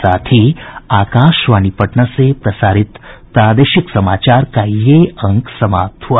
इसके साथ ही आकाशवाणी पटना से प्रसारित प्रादेशिक समाचार का ये अंक समाप्त हुआ